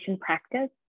practice